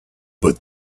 but